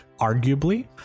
arguably